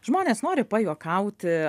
žmonės nori pajuokauti